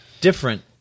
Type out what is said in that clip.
different